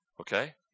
Okay